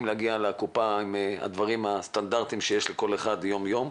להגיע לקופה עם הדברים הסטנדרטיים שיש לכל אחד יום-יום,